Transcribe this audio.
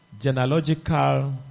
genealogical